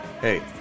Hey